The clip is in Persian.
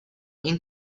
این